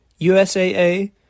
USAA